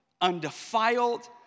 undefiled